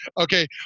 Okay